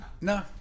No